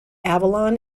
avalon